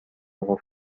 قفل